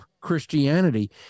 Christianity